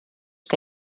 que